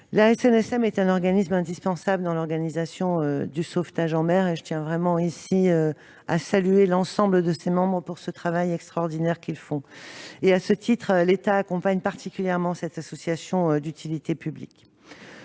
La SNSM est un organisme indispensable dans l'organisation du sauvetage en mer- je tiens ici à saluer l'ensemble de ses membres pour le travail extraordinaire qu'ils réalisent. À ce titre, l'État apporte à cette association d'utilité publique